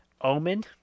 Omen